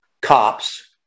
cops